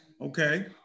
Okay